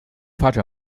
发展